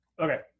okay